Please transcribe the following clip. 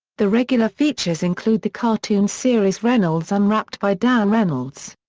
the regular features include the cartoon series reynolds unwrapped by dan reynolds.